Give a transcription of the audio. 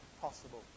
possible